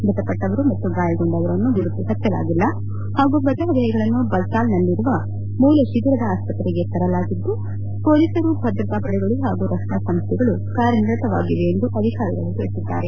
ಮೃತಪಟ್ಟವರು ಮತ್ತು ಗಾಯಗೊಂಡವರನ್ನು ಗುರುತು ಹಚ್ಚಲಾಗಿಲ್ಲ ಹಾಗೂ ಮೃತ ದೇಹಗಳನ್ನು ಬಲ್ತಾಲ್ನಲ್ಲಿರುವ ಮೂಲ ಶಿಬಿರದ ಆಸ್ಪತ್ರೆಗೆ ತರಲಾಗಿದ್ದು ಪೊಲೀಸರು ಭದ್ರತಾ ಪಡೆಗಳು ಹಾಗೂ ರಕ್ಷಣಾ ಸಂಸ್ಥೆಗಳು ಕಾರ್ಯನಿರತವಾಗಿವೆ ಎಂದು ಅಧಿಕಾರಿಗಳು ತಿಳಿಸಿದ್ದಾರೆ